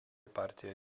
partija